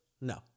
No